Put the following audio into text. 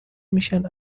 میشن